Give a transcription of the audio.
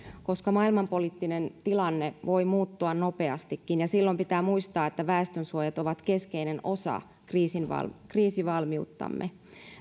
koska maailmanpoliittinen tilanne voi muuttua nopeastikin ja silloin pitää muistaa että väestönsuojat ovat keskeinen osa kriisivalmiuttamme kriisivalmiuttamme